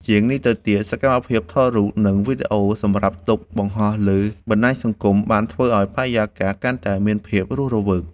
ជាងនេះទៅទៀត សកម្មភាពថតរូប និងវីដេអូសម្រាប់ទុកបង្ហោះលើបណ្ដាញសង្គម បានធ្វើឱ្យបរិយាកាសកាន់តែមានភាពរស់រវើក។